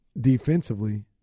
defensively